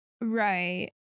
right